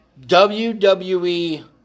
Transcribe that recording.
WWE